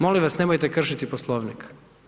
Molim vas, nemojte kršiti Poslovnik.